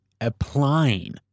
applying